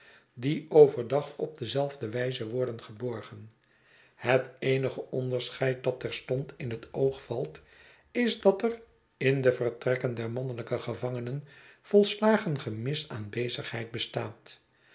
die overdag op dezelfde wijze worden geborgen het eenige onderscheid dat terstond in het oog valt is dat er in de vertrekken der mannelijke gevangenen volslagen gemis aan bezigheid bestaat